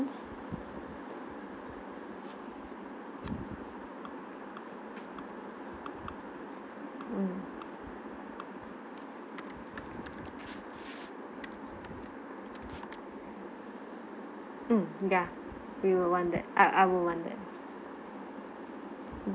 ~ns mm mm ya we will want that I I will want that